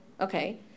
Okay